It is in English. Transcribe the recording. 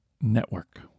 Network